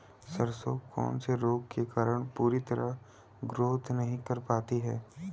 सरसों कौन से रोग के कारण पूरी तरह ग्रोथ नहीं कर पाती है?